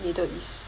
middle east